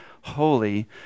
holy